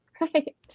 Right